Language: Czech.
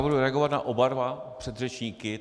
Budu reagovat na oba dva předřečníky.